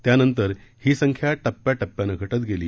त्यानंतर ही संख्या टप्प्याटप्प्यानं घटत गेली